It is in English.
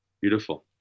Beautiful